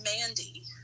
mandy